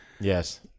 yes